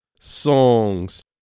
songs